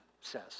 says